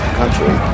country